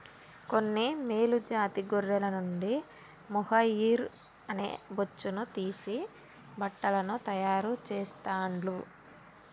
కొన్ని మేలు జాతి గొర్రెల నుండి మొహైయిర్ అనే బొచ్చును తీసి బట్టలను తాయారు చెస్తాండ్లు